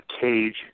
Cage